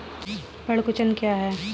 पर्ण कुंचन क्या है?